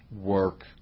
work